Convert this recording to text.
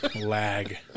Lag